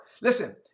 Listen